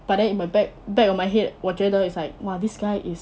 but then in my back back on my head 我觉得 is like !wah! this guy is